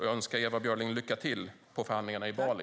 Jag önskar Ewa Björling lycka till i förhandlingarna på Bali.